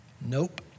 Nope